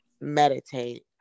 meditate